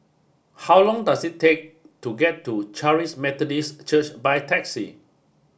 how long does it take to get to Charis Methodist Church by taxi